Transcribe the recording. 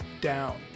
down